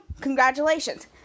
congratulations